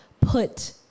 put